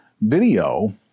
video